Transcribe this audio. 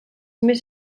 més